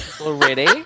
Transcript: Already